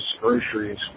groceries